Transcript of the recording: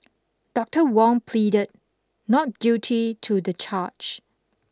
Doctor Wong pleaded not guilty to the charge